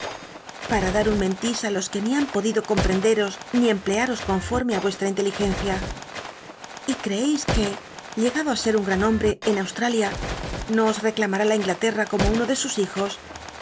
para dar un mentís á los que ni han podido comprenderos ni emplearos conforme i vuestra inteligencia y creeis que llegado ü ser un gran hombre en australia no os reclamará la inglatcl'r a como uno de sus hijas